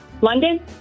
London